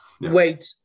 wait